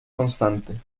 constante